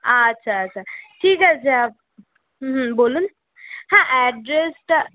আচ্ছা আচ্ছা ঠিক আছে আপ হুম বলুন হ্যাঁ অ্যাড্রেসটা